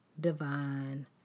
divine